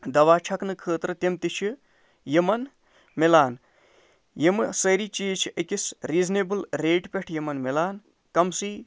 دوا چھکنہٕ خٲطرٕ تِم تہِ چھِ یِمَن میلان یِم سٲری چیٖز چھِ أکِس ریٖزنیبٕل ریٹہِ پٮ۪ٹھ یِمَن میلان کِمسٕے